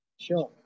Sure